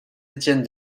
étienne